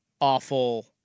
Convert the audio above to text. awful